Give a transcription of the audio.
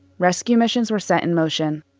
rescue missions were set in motion.